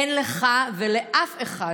אין לך ולאף אחד